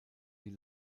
die